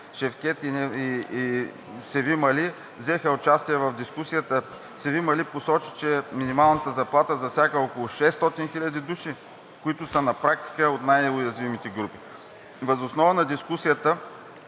Севим Али взеха участие в дискусията, Севим Али посочи, че минималната заплата засяга около 600 000 души, които са на практика от най-уязвимите групи. Въз основа на дискусията